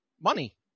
money